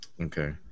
okay